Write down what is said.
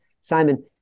Simon